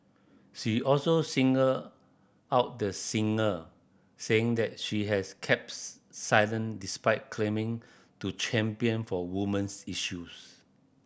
she also singled out the singer saying that she has keeps silent despite claiming to champion for women's issues